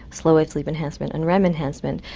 slow wave sleep enhancement and rem enhancement,